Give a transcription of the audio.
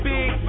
Big